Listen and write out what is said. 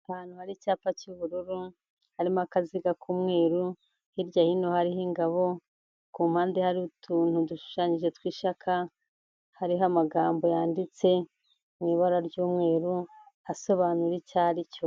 Ahantu hari icyapa cy'ubururu harimo akaziga k'umweru, hirya hino hariho ingabo, ku mpande hari utuntu dushushanyije tw'ishaka, hariho amagambo yanditse mu ibara ry'umweru asobanura icyo aricyo.